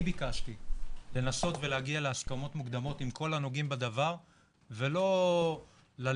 אני ביקשתי לנסות ולהגיע להסכמות מוקדמות עם כל הנוגעים בדבר ולא ללכת,